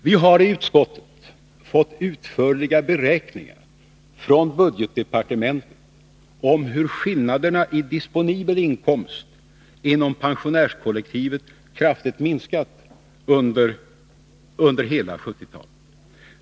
Vi har i utskottet fått utförliga beräkningar från budgetdepartementet om hur skillnaderna i disponibel inkomst inom pensionärskollektivet kraftigt minskat under hela 1970-talet.